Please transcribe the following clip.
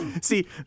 See